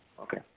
Okay